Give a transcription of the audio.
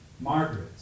Margaret